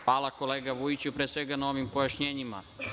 Hvala kolega Vujiću, pre svega na ovim pojašnjenjima.